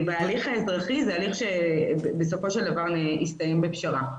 ההליך האזרחי זה הליך שהסתיים בפשרה,